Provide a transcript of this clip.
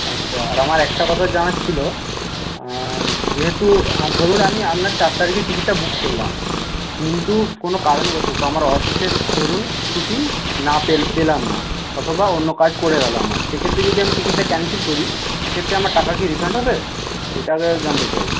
আচ্ছা আর আমার একটা কথা জানার ছিলো যেহেতু ধরুন আমি আপনার চার তারিখে টিকিটটা বুক করলাম কিন্তু কোনো কারণবশত আমরা অফিসের ধরুন ছুটি না পে পেলাম না অথবা অন্য কাজ পরে গেলো আমার সেক্ষেত্রে যদি আমি টিকিটটা ক্যানসেল করি সে ক্ষেত্রে আমার টাকা কি রিফান্ড হবে এটা আগে জানতে চাই